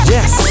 Yes